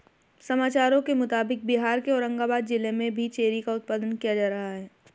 समाचारों के मुताबिक बिहार के औरंगाबाद जिला में भी चेरी का उत्पादन किया जा रहा है